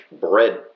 bread